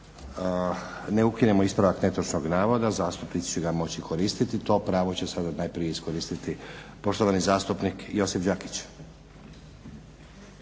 ne ukinemo ispravak netočnog navoda zastupnici će ga moći koristiti. To pravo će sada najprije iskoristiti poštovani zastupnik Josip Đakić.